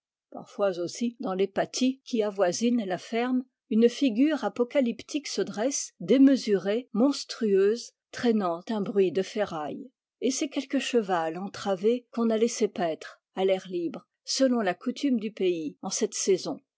parfois aussi dans les pâtis qui avoisinent la ferme une figure apocalyptique se dresse démesurée monstrueuse traînant un bruit de ferraille et c'est quelque cheval entravé qu'on a laissé paître à l'air libre selon la coutume du pays en cette saison